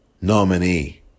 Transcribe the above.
nominee